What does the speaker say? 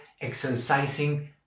exercising